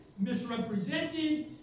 misrepresented